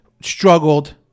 struggled